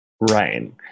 right